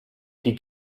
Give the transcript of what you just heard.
die